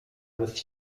with